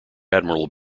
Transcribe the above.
admiral